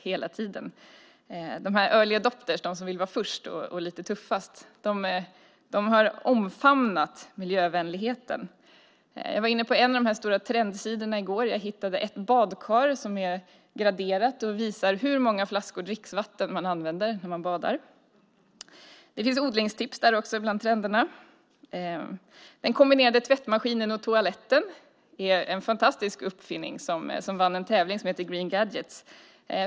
De som kallas early adopters , de som vill vara först och tuffast, har omfamnat miljövänligheten. Jag var inne på en av de här stora trendsidorna i går. Jag hittade ett badkar som var graderat och visade hur många flaskor dricksvatten man använder när man badar. Det finns också odlingstips bland trenderna. Den kombinerade tvättmaskinen och toaletten är en fantastisk uppfinning som vann green gadget tävlingen.